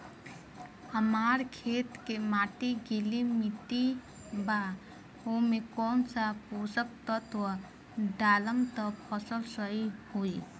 हमार खेत के माटी गीली मिट्टी बा ओमे कौन सा पोशक तत्व डालम त फसल सही होई?